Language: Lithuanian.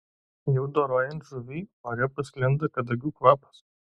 jau dorojant žuvį ore pasklinda kadagių kvapas